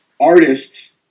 artists